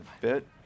fit